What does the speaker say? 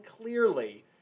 clearly